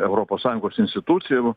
europos sąjungos institucijų